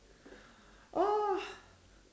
oh